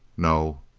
no.